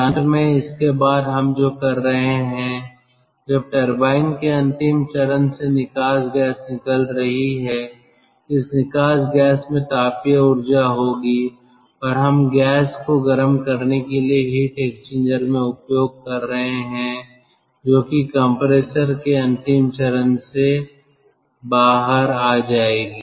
और अंत में इसके बाद हम जो कर रहे हैं जब टरबाइन के अंतिम चरण से निकास गैस निकल रही है इस निकास गैस में तापीय ऊर्जा होगी और हम गैस को गर्म करने के लिए हीट एक्सचेंजर में उपयोग कर रहे हैं जो कि कंप्रेसर के अंतिम चरण से बाहर आ जाएगी